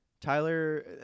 Tyler